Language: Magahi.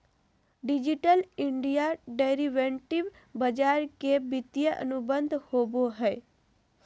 डिजिटल इंडिया डेरीवेटिव बाजार के वित्तीय अनुबंध होबो हइ